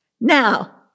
Now